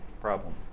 problem